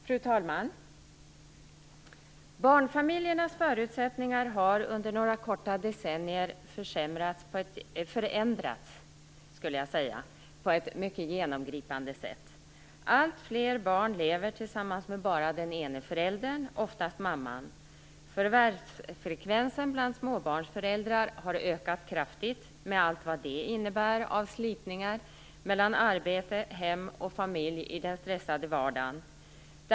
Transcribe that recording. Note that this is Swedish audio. Fru talman! Barnfamiljers förutsättningar har under några korta decennier förändrats på ett genomgripande sätt. Alltfler barn lever tillsammans med bara den ena föräldern, oftast mamman. Förvärvsfrekvensen bland småbarnsföräldrar har ökat kraftigt, med allt vad det innebär av slitningar mellan arbete, hem och familj i den stressade vardagen.